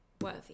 worthy